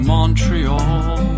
Montreal